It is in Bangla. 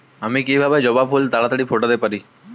আমি কিভাবে জবা ফুল তাড়াতাড়ি ফোটাতে পারি?